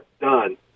done